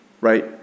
right